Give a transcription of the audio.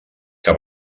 que